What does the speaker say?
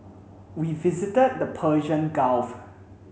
we visited the Persian Gulf